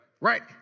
right